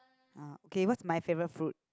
ah okay what's my favorite fruit